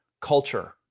culture